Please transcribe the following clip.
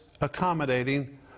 accommodating